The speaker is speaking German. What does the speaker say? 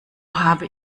habe